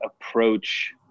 approach